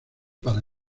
para